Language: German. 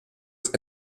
ist